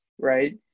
right